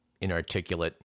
inarticulate